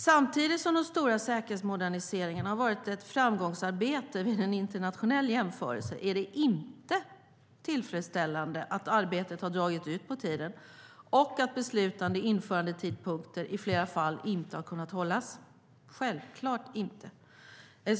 Samtidigt som de stora säkerhetsmoderniseringarna har varit ett framgångsarbete vid en internationell jämförelse är det inte tillfredsställande att arbetet har dragit ut på tiden och att beslutade införandetidpunkter i flera fall inte har kunnat hållas - självklart inte.